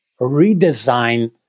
redesign